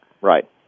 Right